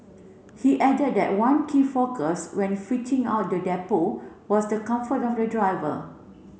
he added that one key focus when fitting out the depot was the comfort of the driver